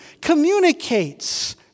communicates